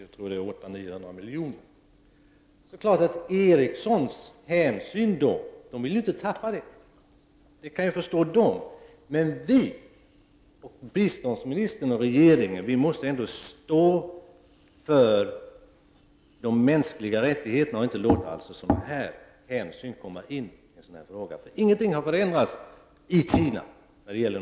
Förhållandena i Kina har ju inte förändrats eller förbättrats såsom vi hade önskat när det gäller den isoleringspolitik som har förts. Det var inte kommersiella hänsyn som gjorde att BITS fattade sitt beslut beträffande den mindre ordern om 40 miljoner, utan det var insikten om att just kommunikationsområdet är ett bra biståndsområde med tanke på vårt fortsatta samarbete som låg bakom detta. Att då ”bränna” de möjligheterna genom att låta projektet de facto förfalla ansågs mindre lämpligt.